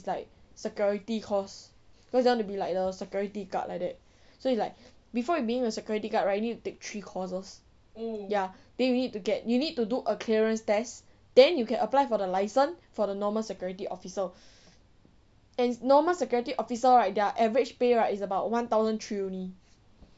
like security course cause they wanna be like the security guard like that so it's like before you being a security guard right you need to take three courses ya then you need to get you need to do a clearance test then you can apply for the licence for the normal security officer and normal security officer right their average pay right is about one thousand three only